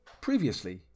Previously